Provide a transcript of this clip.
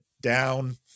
down